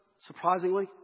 surprisingly